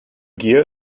gehe